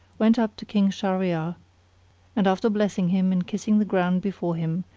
went up to king shahryar and after blessing him and kissing the ground before him,